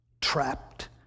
trapped